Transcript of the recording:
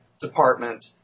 department